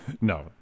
No